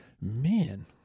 Man